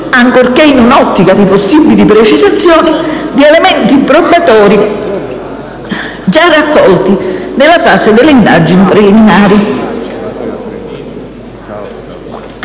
(ancorché in un'ottica di possibili precisazioni) di elementi probatori già raccolti nella fase delle indagini preliminari.